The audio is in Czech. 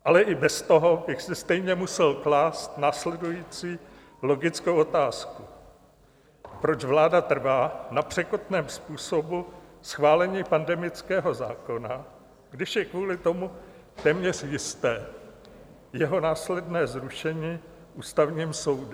Ale i bez toho bych si stejně musel klást následující logickou otázku: Proč vláda trvá na překotném způsobu schválení pandemického zákona, když je kvůli tomu téměř jisté jeho následné zrušené Ústavním soudem?